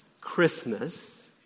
Christmas